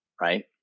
Right